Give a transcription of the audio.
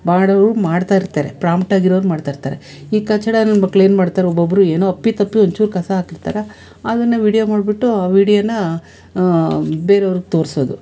ಮಾಡೋರು ಮಾಡ್ತಾ ಇರ್ತಾರೆ ಪ್ರಾಂಪ್ಟ್ ಆಗಿರೋರು ಮಾಡ್ತಾ ಇರ್ತಾರೆ ಈ ಕಚಡಾ ನನ್ನ ಮಕ್ಳು ಏನ್ಮಾಡ್ತಾರೆ ಒಬ್ಬೊಬ್ರು ಏನೋ ಅಪ್ಪಿ ತಪ್ಪಿ ಒಂಚೂರು ಕಸ ಹಾಕಿರ್ತಾರೆ ಅದನ್ನೇ ವೀಡಿಯೋ ಮಾಡಿಬಿಟ್ಟು ಆ ವೀಡಿಯೋನ ಬೇರೆಯವ್ರಿಗೆ ತೋರ್ಸೋದು